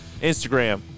Instagram